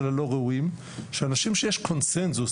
ה"לא ראויים" אנשים שיש סביבם קונצנזוס,